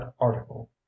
article